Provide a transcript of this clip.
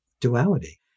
duality